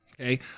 okay